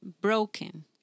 broken